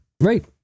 right